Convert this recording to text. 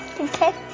okay